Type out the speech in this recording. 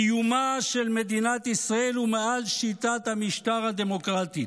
קיומה של מדינת ישראל היא מעל שיטת המשטר הדמוקרטית,